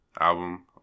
album